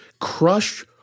crush